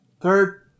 third